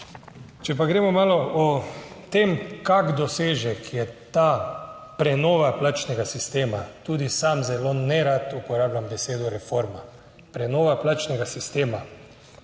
Če pa gremo malo o tem, kak dosežek je ta prenova plačnega sistema, tudi sam zelo nerad uporabljam besedo reforma, prenova plačnega sistema,